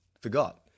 forgot